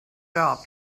job